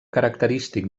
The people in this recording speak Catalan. característic